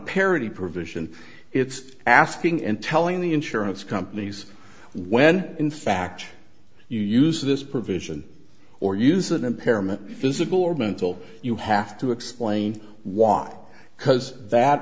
parity provision it's asking and telling the insurance companies when in fact you use this provision or use an impairment physical or mental you have to explain why because that